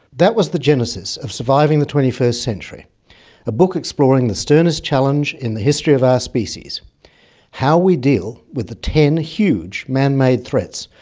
that was the genesis of surviving the twenty first century a book exploring the sternest challenge in the history of our species how we deal with the ten huge, man-made threats,